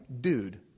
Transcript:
Dude